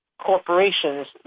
corporations